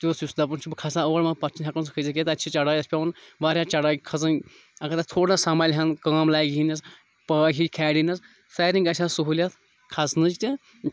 تیُٚتھ یُس دَپان چھِ بہٕ کھَسہٕ ہا اور مگر پَتہٕ چھُنہٕ سُہ ہٮ۪کان کھٔسِتھ کینٛہہ تَتہِ چھِ چَڑٲیَس پٮ۪وان واریاہ چَڑٲے کھَسٕنۍ اگر تَتھ تھوڑا سنٛمبھالہٕ ہَن کٲم لاگہٕ ہنَس پٲے ہِوۍ کھالہنَس سارنی گژھِ ہا سہوٗلیت کَھسنٕچ تہِ